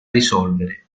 risolvere